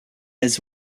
his